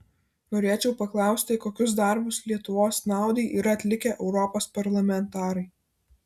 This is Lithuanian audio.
norėčiau paklausti kokius darbus lietuvos naudai yra atlikę europos parlamentarai